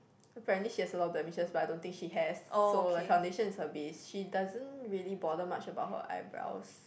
apparently she has a lot of blemishes but I don't think she has so like foundation is her base she doesn't really bother much about her eyebrows